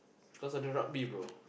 because of their rugby bro